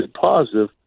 positive